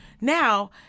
Now